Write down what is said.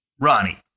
Ronnie